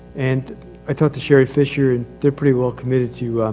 and i talked to sherry fisher and they're pretty well committed to,